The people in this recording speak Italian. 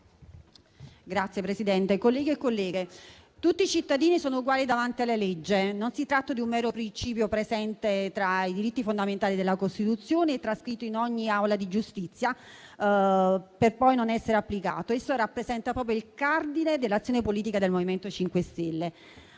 Signor Presidente, colleghi e colleghe, tutti i cittadini sono uguali davanti alla legge: non si tratta di un mero principio presente tra i diritti fondamentali della Costituzione, trascritto in ogni aula di giustizia, per poi non essere applicato. Esso rappresenta proprio il cardine dell'azione politica del MoVimento 5 Stelle.